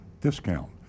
discount